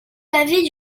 l’avis